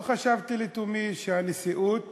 לא חשבתי, לתומי, שהנשיאות